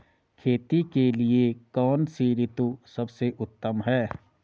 खेती के लिए कौन सी ऋतु सबसे उत्तम है?